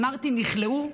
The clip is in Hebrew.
אמרתי "נכלאו",